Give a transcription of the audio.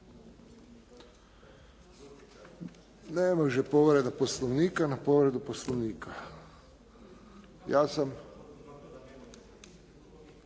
Ne može povreda Poslovnika na povredu Poslovnika. Ja sam